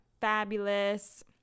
fabulous